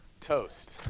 toast